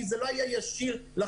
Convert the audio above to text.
כי זה לא היה ישיר לחווה,